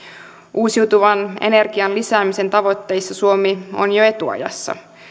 uusiutuvan energian lisäämisen tavoitteissa suomi on jo etuajassa